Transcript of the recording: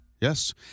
Yes